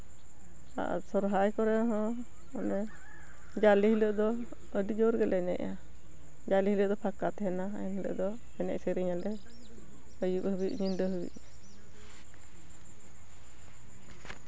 ᱟᱨ ᱥᱟᱨᱦᱟᱭ ᱠᱚᱨᱮᱦᱚᱸ ᱚᱱᱮ ᱡᱟᱞᱮ ᱦᱤᱞᱳᱜ ᱫᱚ ᱟᱹᱰᱤ ᱡᱳᱨ ᱜᱮᱞᱮ ᱮᱱᱮᱡᱼᱟ ᱡᱟᱞᱮ ᱦᱤᱞᱳᱜ ᱫᱚ ᱯᱷᱟᱸᱠᱟ ᱛᱟᱦᱮᱱᱟ ᱮᱱ ᱦᱤᱞᱳᱜ ᱫᱚᱞᱮ ᱮᱱᱮᱡ ᱥᱮᱨᱮᱧ ᱟᱞᱮ ᱟᱭᱩᱵ ᱦᱟᱹᱵᱤᱡ ᱧᱤᱫᱟᱹ ᱦᱟᱹᱵᱤᱡ